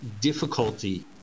difficulty